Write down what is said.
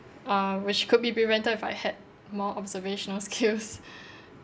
uh which could be prevented if I had more observational skills